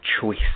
choice